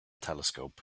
telescope